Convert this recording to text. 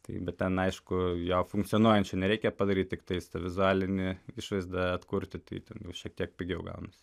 taip bet ten aišku jo funkcionuojančio nereikia padaryt tiktais tą vizualinį išvaizdą atkurti tai ten šiek tiek pigiau gaunasi